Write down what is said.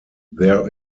there